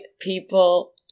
people